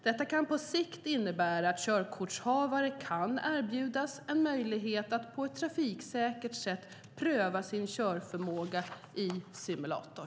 Detta kan på sikt innebära att körkortshavare kan erbjudas en möjlighet att på ett trafiksäkert sätt pröva sin körförmåga i simulator.